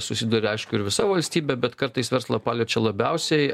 susiduria aišku ir visa valstybė bet kartais verslą paliečia labiausiai